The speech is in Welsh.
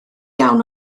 iawn